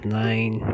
nine